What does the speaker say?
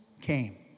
came